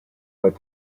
but